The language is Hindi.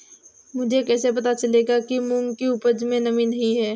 मुझे कैसे पता चलेगा कि मूंग की उपज में नमी नहीं है?